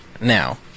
now